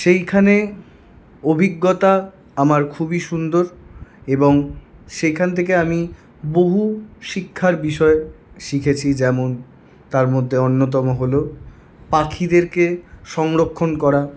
সেইখানে অভিজ্ঞতা আমার খুবই সুন্দর এবং সেখান থেকে আমি বহু শিক্ষার বিষয় শিখেছি যেমন তার মধ্যে অন্যতম হল পাখিদেরকে সংরক্ষন করা